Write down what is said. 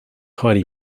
highly